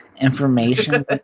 Information